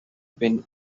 been